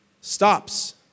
stops